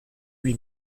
lui